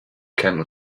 camel